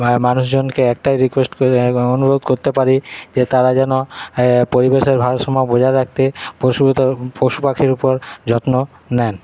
মানুষজনকে একটাই রিকোয়েস্ট করে অনুরোধ করতে পারি যে তারা যেন পরিবেশের ভারসাম্য বজায় রাখতে পশু পশুপাখির উপর যত্ন নেন